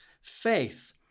faith